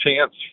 Chance